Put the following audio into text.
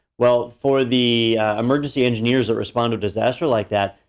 well, for the emergency engineers that respond to disaster like that,